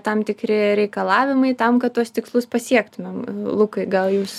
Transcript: tam tikri reikalavimai tam kad tuos tikslus pasiektumėm lukai gal jūs